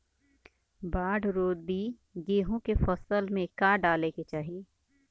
बाढ़ रोधी गेहूँ के फसल में का डाले के चाही?